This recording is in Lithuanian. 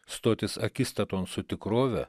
stotis akistaton su tikrove